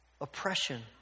Oppression